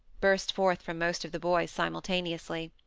burst forth from most of the boys simultaneously.